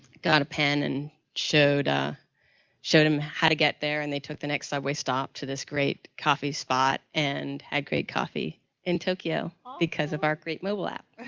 got a pen and showed ah showed them how to get there and they took the next subway stop to this great coffee spot and had great coffee in tokyo because of our great mobile app.